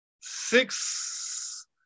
six